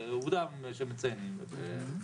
זה עובדה שהם מציינים, וועדות נתקעות.